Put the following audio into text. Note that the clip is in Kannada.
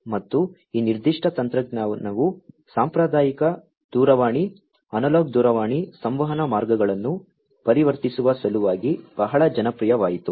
ಮತ್ತು ಈ ನಿರ್ದಿಷ್ಟ ತಂತ್ರಜ್ಞಾನವು ಸಾಂಪ್ರದಾಯಿಕ ದೂರವಾಣಿ ಅನಲಾಗ್ ದೂರವಾಣಿ ಸಂವಹನ ಮಾರ್ಗಗಳನ್ನು ಪರಿವರ್ತಿಸುವ ಸಲುವಾಗಿ ಬಹಳ ಜನಪ್ರಿಯವಾಯಿತು